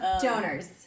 Donors